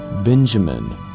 Benjamin